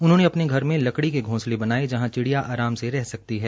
उन्होंने अपने घर मे लकड़ी के घोसंले बनाये जहां चिडियो आराम से रह सकती है